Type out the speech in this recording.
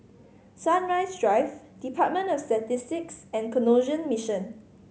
Sunrise Drive Department of Statistics and Canossian Mission